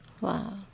Wow